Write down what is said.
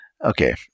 Okay